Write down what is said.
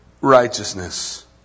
righteousness